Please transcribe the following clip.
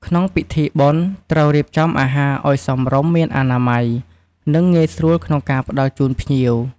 ក្នុងពិធីបុណ្យ ត្រូវរៀបចំអាហារឲ្យសមរម្យមានអនាម័យ និងងាយស្រួលក្នុងការផ្តល់ជូនភ្ញៀវ។